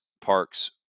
parks